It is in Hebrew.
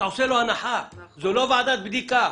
זו לא ועדת בדיקה.